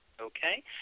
Okay